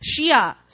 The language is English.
Shia